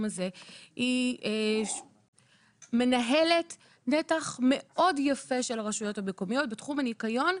הזה היא מנהלת נתח מאוד יפה של הרשויות המקומיות בתחום הניקיון.